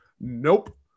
Nope